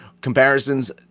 comparisons